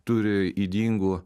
turi ydingų